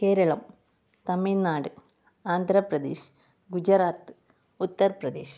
Keralam Tamil Nadu Andhra Pradesh Gujarat Uttar Pradesh